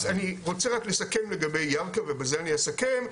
אז אני רוצה רק לסכם לגבי ירכא ובזה אני אסכם,